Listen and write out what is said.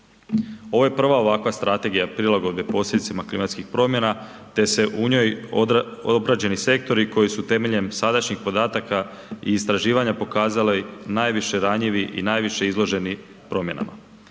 Ovo je prva ovakva strategija prilagode posljedicama klimatskih promjena te se u njoj obrađeni sektori koji su temeljem sadašnjih podataka i istraživanja pokazali najviše ranjivi i najviše izloženi promjenama.